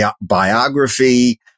biography